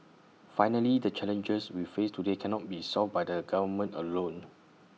finally the challenges we face today cannot be solved by the government alone